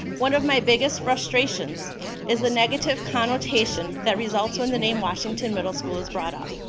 one of my biggest frustrations is the negative connotation that results when the name washington middle school is brought up.